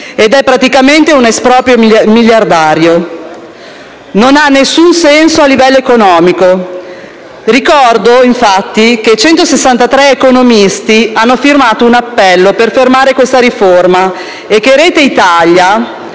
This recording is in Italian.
praticamente, di un esproprio miliardario. Non ha alcun senso a livello economico. Ricordo, infatti, che 163 economisti hanno firmato un appello per fermare questa riforma e Rete Italia